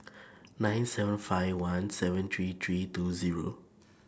nine seven five one seven three three two Zero